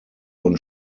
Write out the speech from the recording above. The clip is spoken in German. und